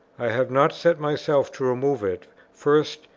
i have not set myself to remove it, first,